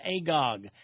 Agog